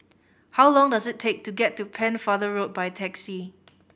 how long does it take to get to Pennefather Road by taxi